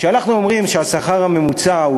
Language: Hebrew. כשאנחנו אומרים שהשכר הממוצע הוא